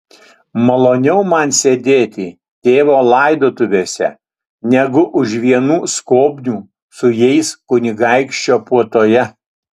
maloniau man sėdėti tėvo laidotuvėse negu už vienų skobnių su jais kunigaikščio puotoje